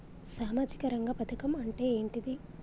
సామాజిక రంగ పథకం అంటే ఏంటిది?